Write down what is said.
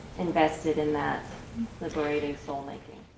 invested in that liberating, soul-making?